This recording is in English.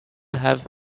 have